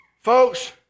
Folks